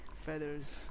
feathers